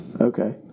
Okay